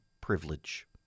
privilege